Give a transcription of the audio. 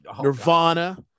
Nirvana